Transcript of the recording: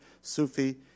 Sufi